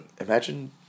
imagine